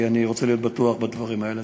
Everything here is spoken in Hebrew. כי אני רוצה להיות בטוח בדברים האלה.